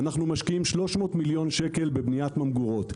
משקיעים 300 מיליון שקל בבניית ממגורות.